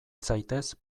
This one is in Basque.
zaitez